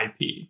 ip